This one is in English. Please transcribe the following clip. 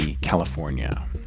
california